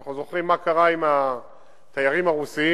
אנחנו זוכרים מה קרה עם התיירים הרוסים,